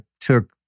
took